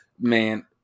Man